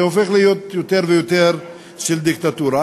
זה הופך להיות יותר ויותר של דיקטטורה.